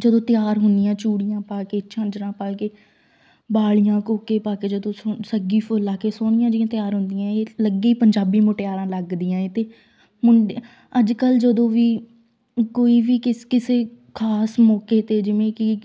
ਜਦੋਂ ਤਿਆਰ ਹੁੰਦੀਆਂ ਚੂੜੀਆਂ ਪਾ ਕੇ ਝਾਂਜਰਾਂ ਪਾ ਕੇ ਵਾਲ਼ੀਆਂ ਕੋਕੇ ਜਦੋਂ ਸੁਣ ਸੱਗੀ ਫੁੱਲ ਲਗਾ ਕੇ ਸੋਹਣੀਆਂ ਜਿਹੀਆਂ ਤਿਆਰ ਹੁੰਦੀਆਂ ਅਲੱਗੇ ਪੰਜਾਬੀ ਮੁਟਿਆਰਾਂ ਲੱਗਦੀਆਂ ਏ ਅਤੇ ਮੁੰਡਿਆਂ ਅੱਜ ਕੱਲ੍ਹ ਜਦੋਂ ਵੀ ਕੋਈ ਵੀ ਕਿਸ ਕਿਸੇ ਖਾਸ ਮੌਕੇ 'ਤੇ ਜਿਵੇਂ ਕਿ